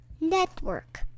Network